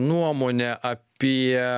nuomonę apie